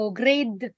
grade